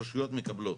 הרשויות מקבלות.